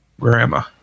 Grandma